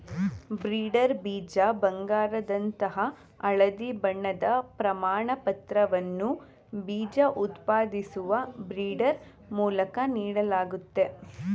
breeder ಬೀಜ ಬಂಗಾರದಂತಹ ಹಳದಿ ಬಣ್ಣದ ಪ್ರಮಾಣಪತ್ರವನ್ನ ಬೀಜ ಉತ್ಪಾದಿಸುವ ಬ್ರೀಡರ್ ಮೂಲಕ ನೀಡಲಾಗ್ತದೆ